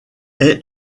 est